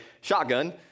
shotgun